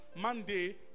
Monday